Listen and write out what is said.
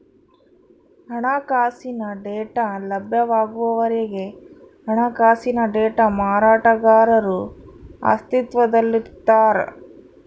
ಹಣಕಾಸಿನ ಡೇಟಾ ಲಭ್ಯವಾಗುವವರೆಗೆ ಹಣಕಾಸಿನ ಡೇಟಾ ಮಾರಾಟಗಾರರು ಅಸ್ತಿತ್ವದಲ್ಲಿರ್ತಾರ